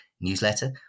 newsletter